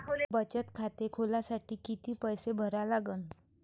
बचत खाते खोलासाठी किती पैसे भरा लागन?